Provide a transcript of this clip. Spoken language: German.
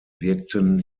wirkten